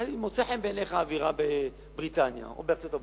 מוצאת חן בעיניך האווירה בבריטניה או בארצות-הברית,